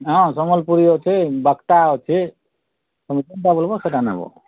ହଁ ସମ୍ବଲପୁରୀ ଅଛି ବାକ୍ଟା ଅଛି ତମେ ଯେନ୍ଟା ବୋଲିବ ସେଟା ନବ